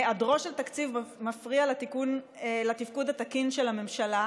היעדרו של תקציב מפריע לתפקוד התקין של הממשלה";